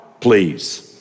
Please